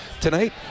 Tonight